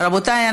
רבותיי,